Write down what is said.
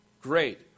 Great